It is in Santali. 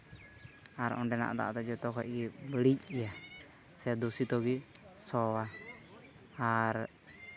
ᱟᱨ ᱚᱸᱰᱮᱱᱟᱜ ᱫᱟᱜ ᱫᱚ ᱡᱚᱛᱚᱠᱷᱚᱡ ᱜᱮ ᱵᱟᱹᱲᱤᱡ ᱜᱮᱭᱟ ᱥᱮ ᱫᱩᱥᱤᱛᱚ ᱜᱮ ᱥᱚᱣᱟ ᱟᱨ